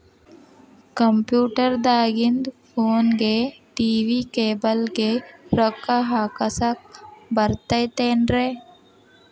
Computer ದಾಗಿಂದ್ ಫೋನ್ಗೆ, TV cable ಗೆ, ರೊಕ್ಕಾ ಹಾಕಸಾಕ್ ಬರತೈತೇನ್ರೇ?